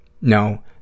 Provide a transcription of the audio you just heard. No